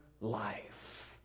life